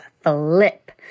flip